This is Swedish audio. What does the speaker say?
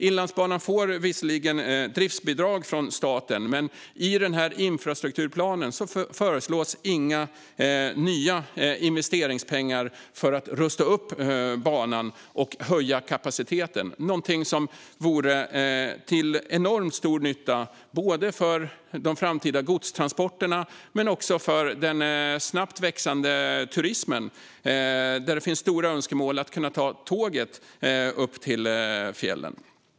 Inlandsbanan får visserligen driftsbidrag från staten, men i infrastrukturplanen föreslås inga nya investeringspengar för att rusta upp banan och höja kapaciteten. Det skulle vara till enormt stor nytta både för de framtida godstransporterna och för den snabbt växande turismen. Det finns stora önskemål om att kunna ta tåget upp till fjällen.